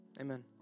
amen